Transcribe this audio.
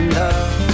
love